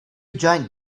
giant